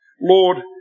Lord